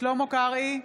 שלמה קרעי,